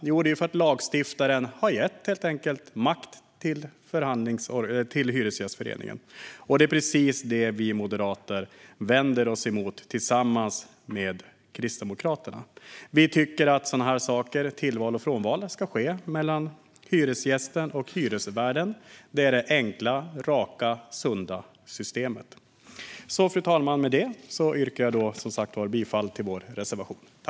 Jo, det är för att lagstiftaren helt enkelt har gett makt till Hyresgästföreningen. Det är precis det som vi moderater tillsammans med Kristdemokraterna vänder oss mot. Vi tycker att tillval och frånval ska ske genom att hyresgästen och hyresvärden kommer överens om det. Det är det enkla, raka och sunda systemet. Fru talman! Jag yrkar bifall till reservation 1.